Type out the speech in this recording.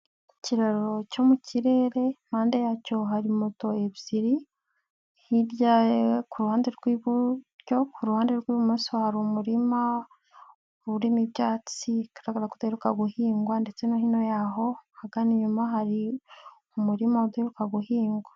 Ikiraro cyo mu kirere impande yacyo hari moto ebyiri hibya ku ruhande rw'iiburyo, ku ruhande rw'ibumoso hari umurima urimo ibyatsi bigaragara ko udaheruka guhingwa ndetse no hino y'aho hagana inyuma hari umurima udaheruka guhingwa.